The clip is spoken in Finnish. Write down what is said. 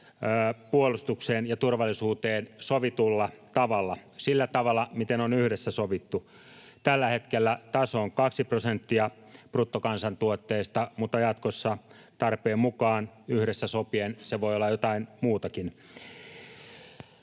puolustukseen ja turvallisuuteen sovitulla tavalla, sillä tavalla, miten on yhdessä sovittu. Tällä hetkellä taso on kaksi prosenttia bruttokansantuotteesta, mutta jatkossa tarpeen mukaan yhdessä sopien se voi olla jotain muutakin.